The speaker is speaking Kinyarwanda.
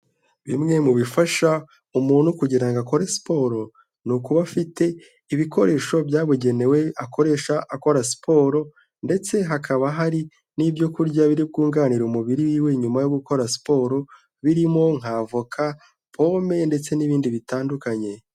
Bimwe mu bifasha umuntu kugira ngo akore siporo ni ukuba afite ibikoresho byabugenewe akoresha akora siporo ndetse hakaba hari n'ibyo kurya biri bwunganire umubiri wiwe nyuma yo gukora siporo, birimo nk'avoka, pome ndetse n'ibindi bitandukanye.